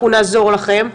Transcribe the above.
אנחנו נעזור לכם.